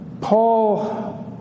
Paul